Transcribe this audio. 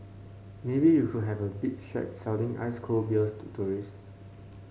maybe you could have a beach shack selling ice cold beers to tourists